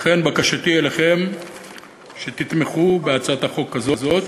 לכן בקשתי אליכם היא שתתמכו בהצעת החוק הזאת.